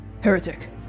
Heretic